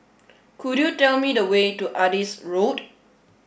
could you tell me the way to Adis Road